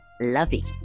lovey